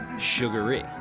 Sugary